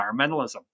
environmentalism